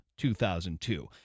2002